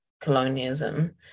colonialism